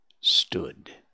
stood